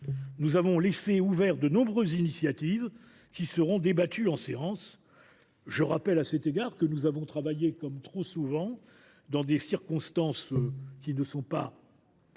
nous avons laissé ouvertes de nombreuses initiatives qui seront débattues en séance. Je rappelle à cet égard que nous avons travaillé comme trop souvent dans des délais particulièrement